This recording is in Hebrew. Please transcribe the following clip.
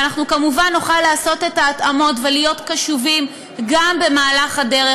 ואנחנו כמובן נוכל לעשות את ההתאמות ולהיות קשובים גם במהלך הדרך.